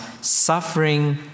suffering